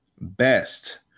best